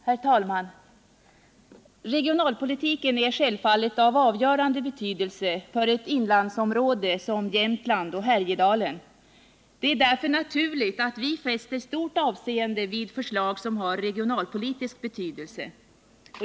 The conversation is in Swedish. Herr talman! Regionalpolitiken är självfallet av avgörande betydelse för ett inlandsområde som Jämtland och Härjedalen. Det är därför naturligt att vi fäster stort avseende vid förslag som har regionalpolitisk betydelse.